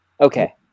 Okay